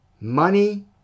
money